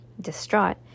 Distraught